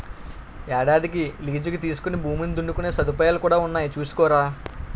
ఏడాదికి లీజుకి తీసుకుని భూమిని దున్నుకునే సదుపాయాలు కూడా ఉన్నాయి చూసుకోరా